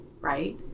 right